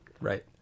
Right